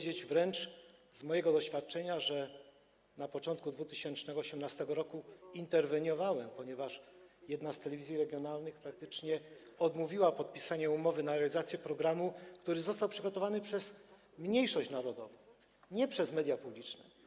Ze swojego doświadczenia mogę powiedzieć, że na początku 2018 r. interweniowałem, ponieważ jedna z telewizji regionalnych praktycznie odmówiła podpisania umowy o realizację programu, który został przygotowany przez mniejszość narodową, nie przez media publiczne.